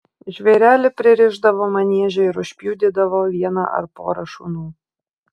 žvėrelį pririšdavo manieže ir užpjudydavo vieną ar porą šunų